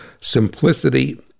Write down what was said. simplicity